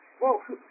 whoa